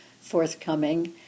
forthcoming